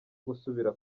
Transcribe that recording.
gusubira